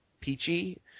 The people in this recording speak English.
Peachy